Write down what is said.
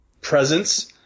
presence